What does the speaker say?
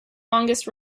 longest